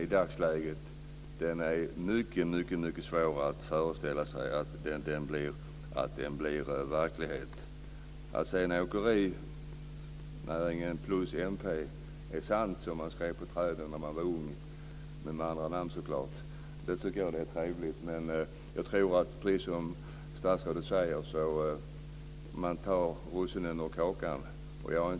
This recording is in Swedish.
I dagsläget är det mycket svårt att föreställa sig att den blir verklighet. Att sedan "åkerinäringen + mp = sant", som man skrev på träden när man var ung, fast med andra namn så klart, tycker jag är trevligt. Men jag tror, precis som statsrådet säger, att man tar russinen ur kakan.